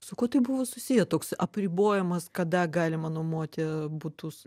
su kuo tai buvo susiję toks apribojimas kada galima nuomoti butus